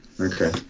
okay